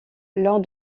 lors